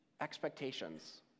expectations